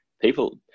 people